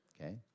okay